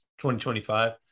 2025